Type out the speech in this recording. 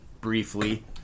briefly